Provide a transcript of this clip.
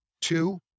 Two